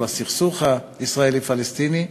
או לסכסוך הישראלי פלסטיני,